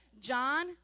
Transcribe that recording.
John